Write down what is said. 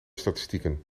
statistieken